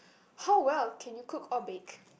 how well can you cook or bake